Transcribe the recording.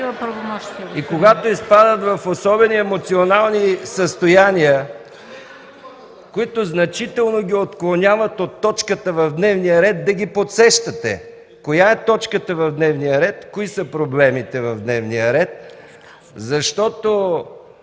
И когато изпадат в особени емоционални състояния, които значително ги отклоняват от точката в дневния ред, да ги подсещате коя е точката в дневния ред, кои са проблемите в дневния ред, защото